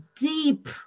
deep